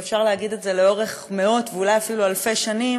ואפשר להגיד שלאורך מאות ואולי אפילו אלפי שנים